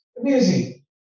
Amazing